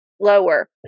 lower